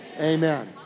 Amen